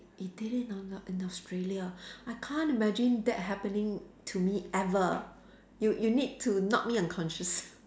you did it on on in Australia I can't imagine that happening to me ever you you need to knock me unconscious